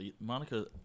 Monica –